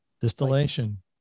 Distillation